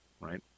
right